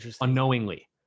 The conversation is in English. unknowingly